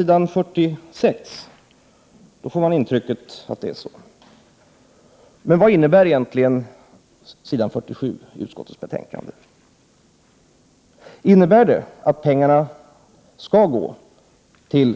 betänkande får man det intrycket. Men vad är 2 juni 1989 egentligen innebörden av s. 47? Skall pengarna användas för att fylla på Tom ma + or.